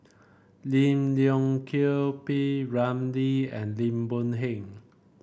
Lim Leong Geok P Ramlee and Lim Boon Heng